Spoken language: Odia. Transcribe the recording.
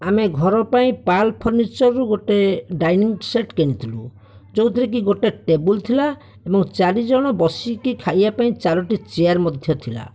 ଆମେ ଘର ପାଇଁ ପାଲ ଫନିଚରରୁ ଗୋଟିଏ ଡାଇନିଂ ସେଟ କିଣିଥିଲୁ ଯେଉଁଥିରେ କି ଗୋଟିଏ ଟେବୁଲ ଥିଲା ଏବଂ ଚାରିଜଣ ବସିକି ଖାଇବା ପାଇଁ ଚାରୋଟି ଚେୟାର ମଧ୍ୟ ଥିଲା